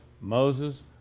Moses